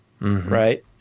right